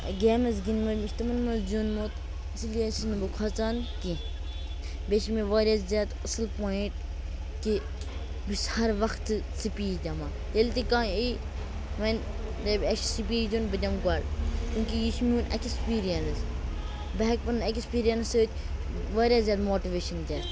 games گِنٛدمٕتۍ مےٚ چھُ تِمَن مَنٛز زیوٗنمُت اِسی لیے چھُس نہٕ بہٕ کھۄژان کینٛہہ بیٚیہِ چھُ مےٚ واریاہ زیاد اصٕل پوٚیِنٛٹ کہِ بہٕ چھُس ہَر وَقتہٕ سپیٖچ دِوان ییٚلہِ تہِ کانٛہہ اِی وَنہِ اَسہِ چھُ سپیٖچ دیُن بہٕ دِمہٕ گۄڈٕ کیونٛکہ یہِ چھُ میون ایٚکِسپیٖریَنٕس بہٕ ہیٚکہِ پَنُن ایٚکِسپیٖریَنٕس سۭتۍ واریاہ زیادٕ ماٹِویشَن دِتھ